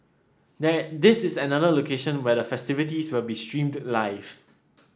there this is another location where the festivities will be streamed live